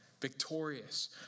victorious